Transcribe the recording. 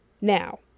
now